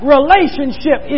Relationship